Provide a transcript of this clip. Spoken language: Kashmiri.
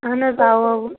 اہن حظ اوا